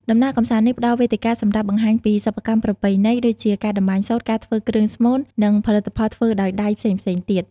ដំណើរកម្សាន្តនេះផ្តល់វេទិកាសម្រាប់បង្ហាញពីសិប្បកម្មប្រពៃណី ដូចជាការតម្បាញសូត្រ ការធ្វើគ្រឿងស្មូន និងផលិតផលធ្វើដោយដៃផ្សេងៗទៀត។